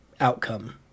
outcome